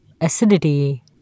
acidity